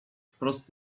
wprost